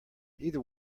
either